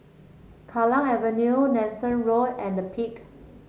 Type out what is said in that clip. Kallang Avenue Nanson Road and The Peak